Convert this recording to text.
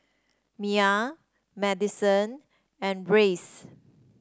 Mai Madison and Reece